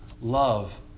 Love